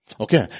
Okay